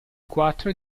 quattro